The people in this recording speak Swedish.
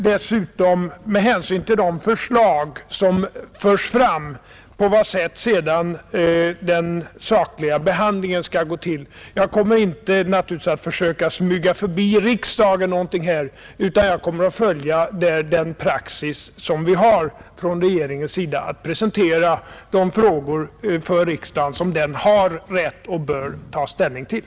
Dessutom kommer jag, med hänsyn till de förslag som förs fram, att avgöra på vad sätt den sakliga behandlingen skall gå till. Jag kommer naturligtvis inte att försöka smyga någonting förbi riksdagen, utan jag kommer att följa den praxis regeringen tillämpar när det gäller att för riksdagen presentera frågor som riksdagen har rätt att ta ställning till och bör ta ställning till.